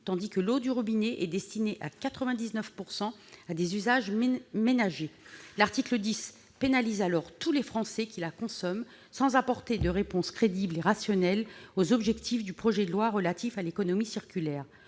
alors que l'eau du robinet est destinée à 99 % à des usages ménagers. L'article 10 pénalise donc tous les Français qui la consomment, sans apporter de réponse crédible et rationnelle aux objectifs de ce projet de loi. Au demeurant,